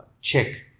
check